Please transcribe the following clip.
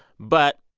but,